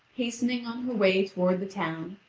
hastening on her way toward the town,